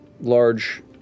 large